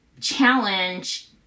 challenge